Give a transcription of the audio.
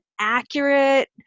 accurate